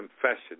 confession